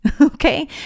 Okay